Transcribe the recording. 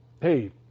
Hey